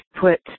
put